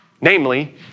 namely